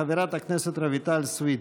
חברת הכנסת רויטל סויד.